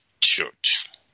church